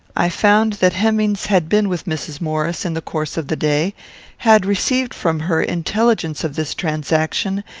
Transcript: i found that hemmings had been with mrs. maurice in the course of the day had received from her intelligence of this transaction,